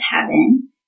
heaven